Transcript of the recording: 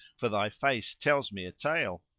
for thy face tells me a tale.